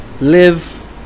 live